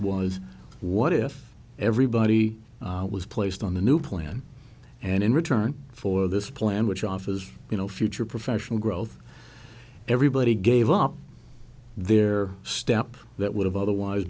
was what if everybody was placed on the new plan and in return for this plan which offers you know future professional growth everybody gave up their step that would have otherwise